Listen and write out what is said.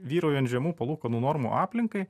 vyraujant žemų palūkanų normų aplinkai